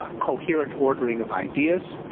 ah coherent ordering of ideas,